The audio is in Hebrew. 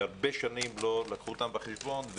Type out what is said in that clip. שהרבה שנים לא לקחו אותם בחשבון,